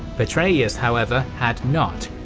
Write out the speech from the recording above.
petreius, however, had not.